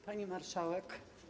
Pani Marszałek!